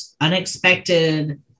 unexpected